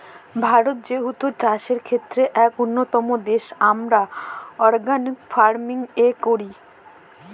ভারত যেহেতু চাষের ক্ষেত্রে এক উন্নতম দেশ, আমরা অর্গানিক ফার্মিং ও করি